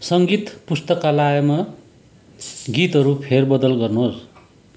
सङ्गीत पुस्तकालयमा गीतहरू फेरबदल गर्नुहोस्